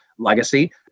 legacy